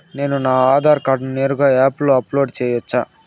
నేను నా ఆధార్ కార్డును నేరుగా యాప్ లో అప్లోడ్ సేయొచ్చా?